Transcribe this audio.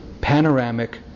panoramic